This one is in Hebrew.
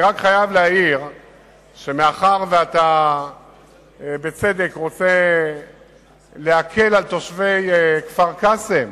אני חייב להעיר שמאחר שאתה בצדק רוצה להקל על תושבי כפר-קאסם